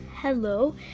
Hello